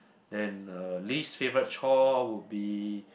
then uh least favourite chore would be